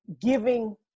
giving